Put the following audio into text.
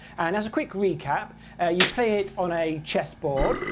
and as a quick recap you play it on a chessboard,